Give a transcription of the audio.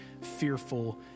fearful